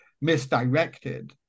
misdirected